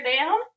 down